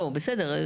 לא, בסדר.